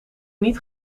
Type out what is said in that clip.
niet